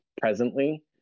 presently